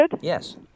Yes